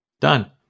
Done